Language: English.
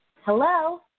Hello